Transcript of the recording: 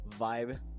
vibe